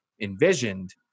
envisioned